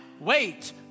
wait